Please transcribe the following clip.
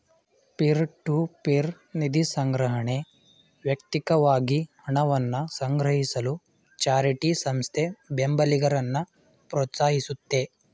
peer to peer ನಿಧಿಸಂಗ್ರಹಣೆ ವ್ಯಕ್ತಿಕವಾಗಿ ಹಣವನ್ನ ಸಂಗ್ರಹಿಸಲು ಚಾರಿಟಿ ಸಂಸ್ಥೆ ಬೆಂಬಲಿಗರನ್ನ ಪ್ರೋತ್ಸಾಹಿಸುತ್ತೆ